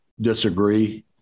disagree